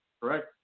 Correct